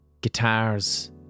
Guitars